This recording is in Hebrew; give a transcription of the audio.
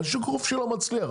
אבל שוק חופשי לא מצליח,